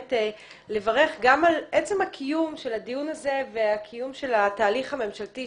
באמת לברך גם על עצם הקיום של הדיון הזה והקיום של התהליך הממשלתי,